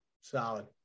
Solid